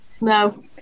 No